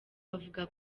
avuga